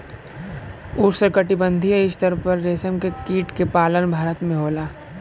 उष्णकटिबंधीय स्तर पर रेशम के कीट के पालन भारत में होला